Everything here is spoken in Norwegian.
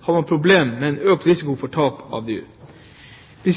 har man et problem med økt risiko for tap av dyr. Det er